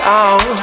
out